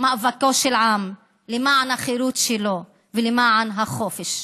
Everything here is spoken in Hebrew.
מאבקו של עם למען החירות שלו ולמען החופש שלו.